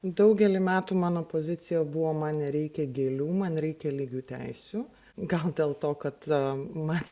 daugelį metų mano pozicija buvo man nereikia gėlių man reikia lygių teisių gal dėl to kad ma